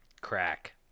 Crack